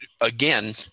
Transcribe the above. Again